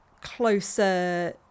closer